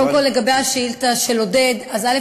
קודם כול, לגבי השאילתה של עודד, א.